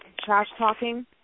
trash-talking